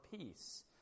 peace